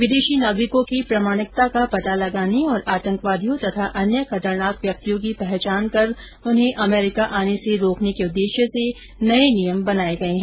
विदेशी नागरिकों की प्रमाणिकता का पता लगाने और आतंकवादियों तथा अन्य खतरनाक व्यक्तियों की पहचान कर उन्हें अमरीका आने से रोकने के उद्देश्य से नये नियम बनाए गये हैं